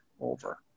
over